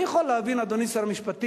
אני יכול להבין, אדוני שר המשפטים,